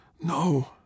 No